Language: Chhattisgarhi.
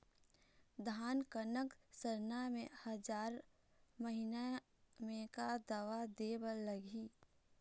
धान कनक सरना मे हजार महीना मे का दवा दे बर लगही?